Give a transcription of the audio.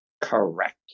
Correct